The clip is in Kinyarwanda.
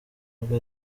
rugo